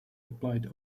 applied